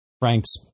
Frank's